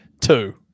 two